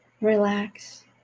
Relax